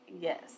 yes